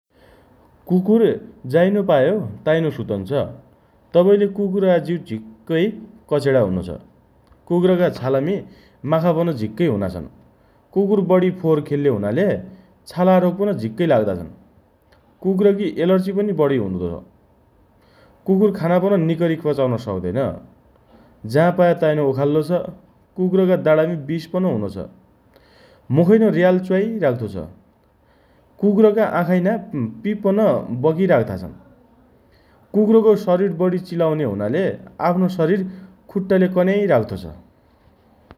कुकुर जाइनो पायो ताइनो सुतन्छ । तबै कुकरको जिउ झिक्कै कचेडा हुनो छ । कुकरका छालामी कुकुरे माखा पन झिक्कै हुना छन् । कुकुर फोहोर बढी खेल्ले हुनाले छालाका रोग झिक्कै लाग्दा छन् । कुकुरी एलर्जी बढी हुनो छ । कुकुर खाना पन निकरी पचाउन सक्दैन । जाँ पायो ताईँनो ओखाल्लो छ । कुकुरका दाणामी बिष पन हुनो छ । मुखैनो र्याल च्वाइ राख्तो छ । आँखाइना पन पिप आइराख्ता छ । कुकुरको शरिर चिल्याउने हुनाले आफ्नो शरिर खुट्टाले कन्याइ राख्तो छ ।